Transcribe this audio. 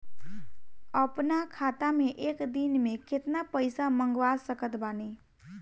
अपना खाता मे एक दिन मे केतना पईसा मँगवा सकत बानी?